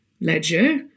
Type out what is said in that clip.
ledger